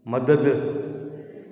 मदद